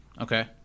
Okay